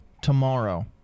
Tomorrow